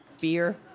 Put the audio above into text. beer